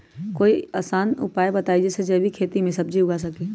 कोई आसान उपाय बताइ जे से जैविक खेती में सब्जी उगा सकीं?